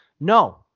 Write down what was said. No